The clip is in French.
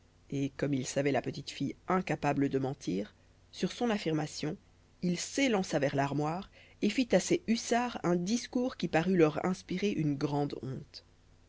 et comme il savait la petite fille incapable de mentir sur son affirmation il s'élança vers l'armoire et fit à ses hussards un discours qui parut leur inspirer une grande honte